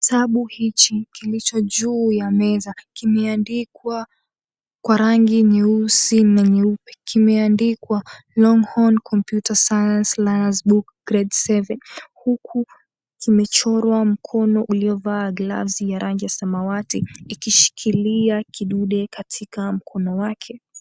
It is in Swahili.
Kitabu hichi kilicho juu ya meza, kimeandikwa kwa rangi nyeusi na nyeupe. Kimeandikwa longhorn computer science learners book grade 7. Huku kimechorwa mkono uliovaa [glavsi] ya rangi ya samawati, ikishikilia kidude katika mkono wake.